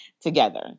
together